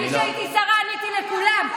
כשאני הייתי שרה עניתי לכולם.